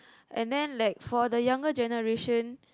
and then like for the younger generation